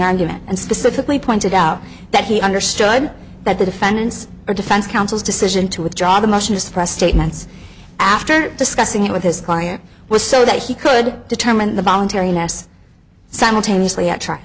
argument and specifically pointed out that he understood that the defendants or defense counsel's decision to withdraw the motion to suppress statements after discussing it with his client was so that he could determine the voluntariness simultaneously at tr